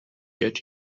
get